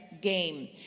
game